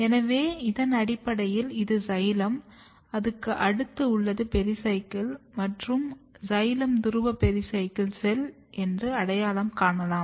எனவே இதன் அடிப்படையில் இது சைலம் அதுக்கு அடுத்து உள்ளது பெரிசைக்கிள் மற்றும் சைலம் துருவ பெரிசைக்கிள் செல் என்று அடையாளம் காணலாம்